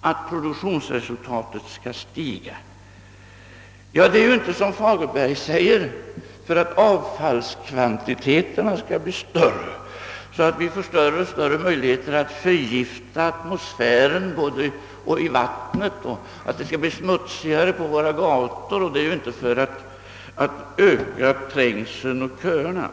att produktionsresultatet skall stiga? Ja, det är väl inte så som Fagerberg säger — därför att avfallskvantiteterna skall bli större, så att vi skall få större och större möjligheter att förgifta atmosfären och det skall bli smutsigare både i vattnet och på våra gator. Det är inte heller för att trängseln och köerna skall öka.